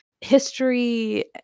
history